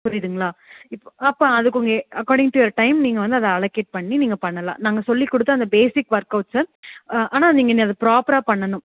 புரியதுங்கலா அப்போ அதுக்கு according to your time நீங்க வந்து அதை அலோகேட் பண்ணி நீங்கள் பண்ணலாம் நாங்கள் சொல்லி கொடுத்த அந்த பேசிக் வொர்க்கவுட்ஸ்ஸ ஆனால் நீங்கள் அதை பிராப்பராக பண்ணனும்